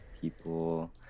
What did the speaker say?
people